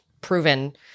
proven